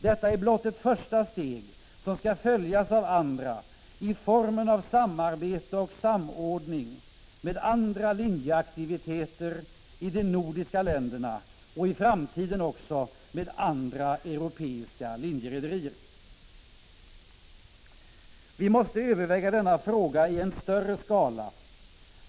Detta är blott ett första steg som skall följas av andra i formen av samarbete och samordning med andra linjeaktiviteter i de nordiska länderna och i framtiden också med andra europeiska linjerederier. Vi måste överväga denna fråga i en större skala.